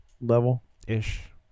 level-ish